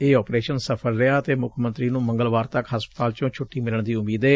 ਇਹ ਅਪਰੇਸ਼ਨ ਸਫਲ ਰਿਹਾ ਅਤੇ ਮੁੱਖ ਮੰਤਰੀ ਨੂੰ ਮੰਗਲਵਾਰ ਤੱਕ ਹਸਪਤਾਲ ਚੋ ਛੁੱਟੀ ਮਿਲਣ ਦੀ ਉਮੀਦ ਏ